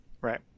Right